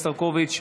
Mr. Čović.